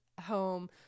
home